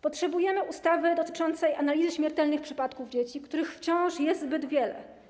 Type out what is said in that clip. Potrzebujemy ustawy dotyczącej analizy śmiertelnych przypadków dzieci, których wciąż jest zbyt wiele.